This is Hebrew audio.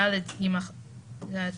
פסקה (4ד) תימחק,